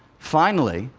finally,